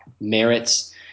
merits